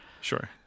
sure